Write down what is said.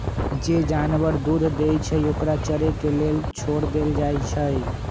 जे जानवर दूध देई छई ओकरा चरे के लेल छोर देल जाई छई